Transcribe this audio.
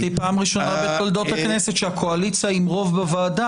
לדעתי זו הפעם הראשונה שהקואליציה עם רוב בוועדה,